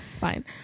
fine